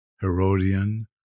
Herodian